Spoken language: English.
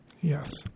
yes